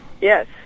Yes